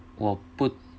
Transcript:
我不